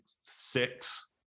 six